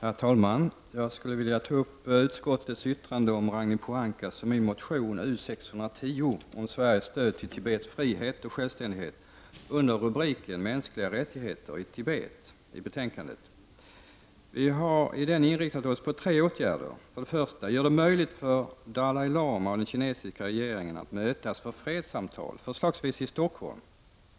Herr talman! Jag skulle vilja ta upp utskottets yttrande över Ragnhild Pohankas och min motion U610 om Sveriges stöd till Tibets frihet och självständighet under rubriken Mänskliga rättigheter i Tibet. Vi har i den inriktat oss på tre åtgärder: För det första: Gör det möjligt för Dalai Lama och den kinesiska regeringen att mötas för fredssamtal, förslagsvis i Stockholm.